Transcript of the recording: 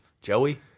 Joey